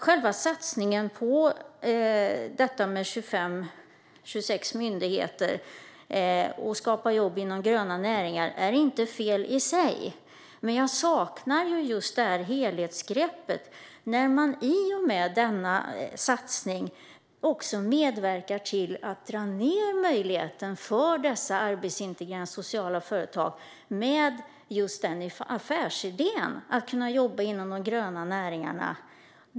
Själva satsningen på detta med 25-26 myndigheter och att skapa jobb inom gröna näringar är inte fel i sig. Däremot saknar jag helhetsgreppet. I och med denna satsning medverkar man ju till att dra ned möjligheten för arbetsintegrerande sociala företag som har som affärsidé att jobba inom de gröna näringarna.